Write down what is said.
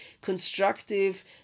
constructive